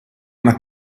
una